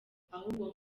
ahubwo